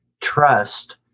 trust